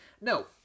no